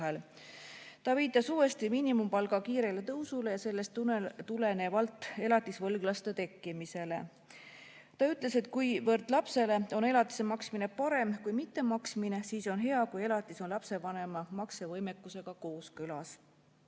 Ta viitas uuesti miinimumpalga kiirele tõusule ja sellest tulenevalt elatisvõlglaste tekkimisele. Ta ütles, et kuivõrd lapsele on elatise maksmine parem kui mittemaksmine, siis on hea, kui elatis on lapsevanema maksevõimekusega kooskõlas. Marek